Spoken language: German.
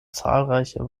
zahlreiche